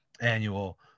annual